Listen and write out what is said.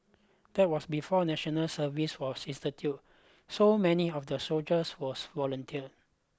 that was before national service was instituted so many of the soldiers was volunteer